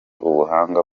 ubuhanga